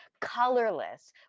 colorless